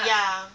ya